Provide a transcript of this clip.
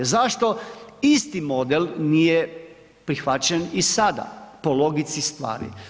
Zašto isti model nije prihvaćen i sada po logici stvari?